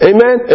Amen